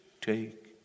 take